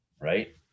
right